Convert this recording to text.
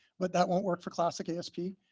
but that won't work for classic isp.